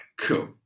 cool